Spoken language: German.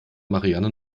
marianne